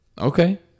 Okay